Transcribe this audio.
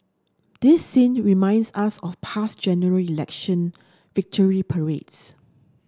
this scene reminds us of past General Election victory parades